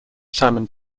salmon